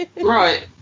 Right